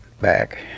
back